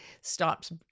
stops